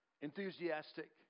enthusiastic